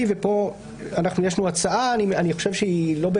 שראינו את